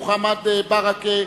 מוחמד ברכה,